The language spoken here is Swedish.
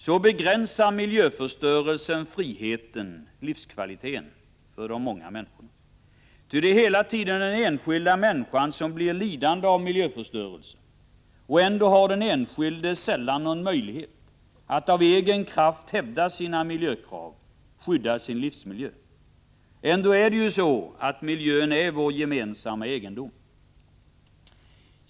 Så begränsar miljöförstörelsen friheten — livskvaliteten — för de många människorna. Ty det är hela tiden den enskilda människan som blir lidande av miljöförstörelsen. Och ändå har den enskilde sällan någon möjlighet att av egen kraft hävda sina miljökrav, att skydda sin livsmiljö. Ändå är ju miljön vår gemensamma egendom.